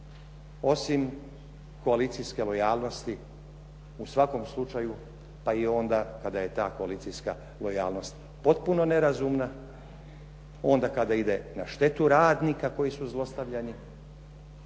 osim koalicijske lojalnosti u svakom slučaju pa i onda kada je ta koalicijska lojalnost potpuno nerazumna, onda kada ide na štetu radnika koji su zlostavljani,